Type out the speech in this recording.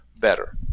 Better